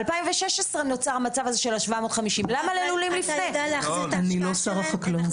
ב-2016 נוצר המצב של 750. אני לא שר החקלאות.